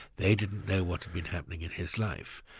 they didn't know what had been happening in his life.